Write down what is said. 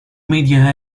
media